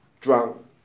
drunk